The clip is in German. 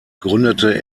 gründete